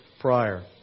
prior